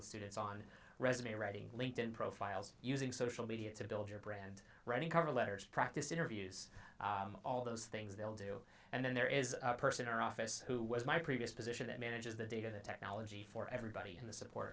with students on resume writing linked in profiles using social media to build your brand running cover letters practice interviews all those things they'll do and then there is a person or office who was my previous position that manages the data the technology for everybody in the support